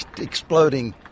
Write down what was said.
exploding